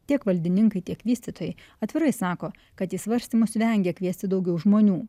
tiek valdininkai tiek vystytojai atvirai sako kad į svarstymus vengia kviesti daugiau žmonių